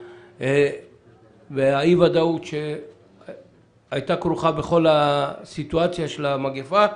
ואי הוודאות שהייתה כרוכה בכל הסיטואציה של המגפה.